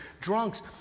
drunks